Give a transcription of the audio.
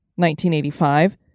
1985